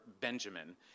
Benjamin